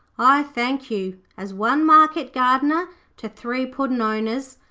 i thank you. as one market-gardener to three puddin'-owners,